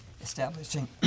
establishing